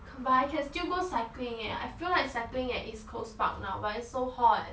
but I can still go cycling eh I feel like cycling at east coast park now but it's so hot